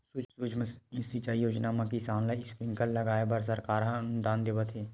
सुक्ष्म सिंचई योजना म किसान ल स्प्रिंकल लगाए बर सरकार ह अनुदान देवत हे